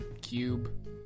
cube